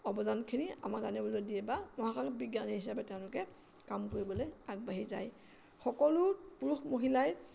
অৱদানখিনি আমাক জানিবলৈ দিয়ে বা মহাকাশ বিজ্ঞানী হিচাপে তেওঁলোকে কাম কৰিবলৈ আগবাঢ়ি যায় সকলো পুৰুষ মহিলাই